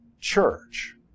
church